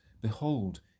behold